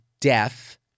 death